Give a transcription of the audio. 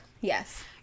yes